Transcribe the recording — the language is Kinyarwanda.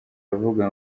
avuga